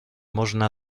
można